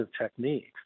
techniques